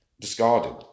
discarded